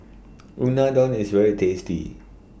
Unadon IS very tasty